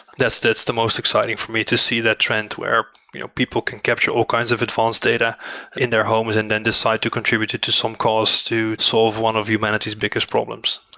that's that's the most exciting for me to see that trend, where you know people can capture all kinds of advanced data in their homes and then decide to contribute it to some cause to solve one of humanity's biggest problems.